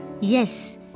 Yes